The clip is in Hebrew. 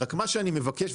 רק מה שאני מבקש,